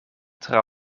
tra